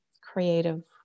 creative